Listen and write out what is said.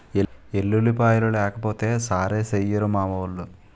ఎల్లుల్లిపాయలు లేకపోతే సారేసెయ్యిరు మావోలు